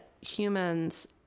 humans